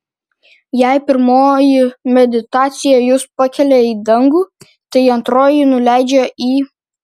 jei pirmoji meditacija jus pakelia į dangų tai antroji nuleidžia į